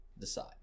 decide